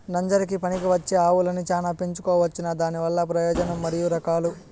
నంజరకి పనికివచ్చే ఆవులని చానా పెంచుకోవచ్చునా? దానివల్ల ప్రయోజనం మరియు రకాలు?